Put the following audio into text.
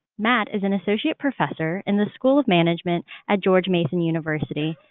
matt is an associate professor in the school of management at george mason university,